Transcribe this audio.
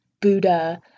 Buddha